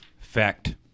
Fact